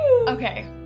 Okay